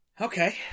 Okay